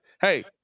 Hey